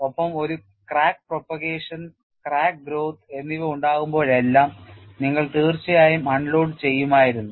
ഒപ്പം ഒരു crack propagation crack growth എന്നിവ ഉണ്ടാകുമ്പോഴെല്ലാം നിങ്ങൾ തീർച്ചയായും അൺലോഡു ചെയ്യുമായിരുന്നു